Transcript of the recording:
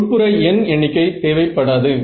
உட்புற n எண்ணிக்கை தேவை படாது